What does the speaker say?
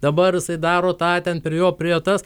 dabar jisai daro tą ten per jo priėjo tas